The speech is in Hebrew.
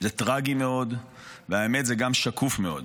זה טרגי מאוד, והאמת, זה גם שקוף מאוד.